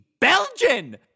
Belgian